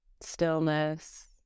stillness